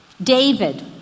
David